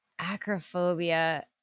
Acrophobia